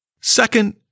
Second